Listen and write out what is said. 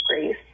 grace